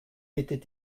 était